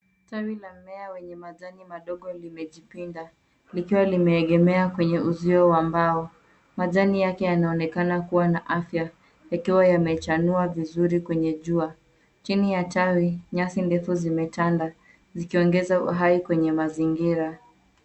Tawi la mmea wenye majani madogo limejipinda likiwa limeegemea kwenye uzio wa mbao. Majani yake yanaonekana kuwa na afya yakiwa yamechanua vizuri kwenye jua. Chini ya tawi nyasi ndefu zimetanda, zikiongeza uhai kwenye mazingira.